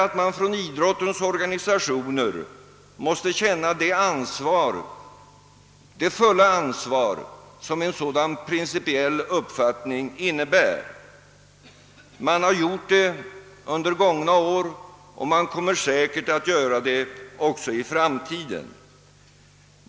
Det innebär att idrottens organisationer måste känna det fulla ansvar som en sådan principiell uppfattning innebär. De har gjort det under gångna år och kommer säkert att göra det också i framtiden.